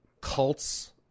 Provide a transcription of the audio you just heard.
cults